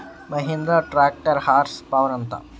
Mahindra tractor horse power ఎంత?